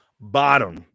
bottom